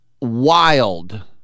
wild